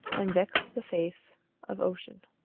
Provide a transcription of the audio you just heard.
and vex the face of ocean.